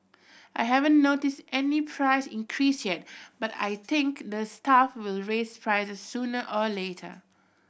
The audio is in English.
I haven't noticed any price increase yet but I think the staff will raise prices sooner or later